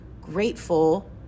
grateful